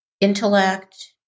intellect